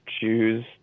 choose